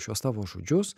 šiuos tavo žodžius